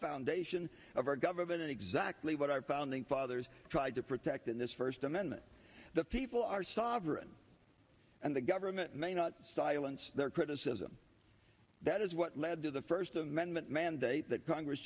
foundation of our government and exactly what i found in ca there's tried to protect in this first amendment the people are sovereign and the government may not silence their criticism that is what led to the first amendment mandate that congress